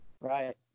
Right